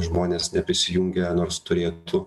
žmonės neprisijungę nors turėtų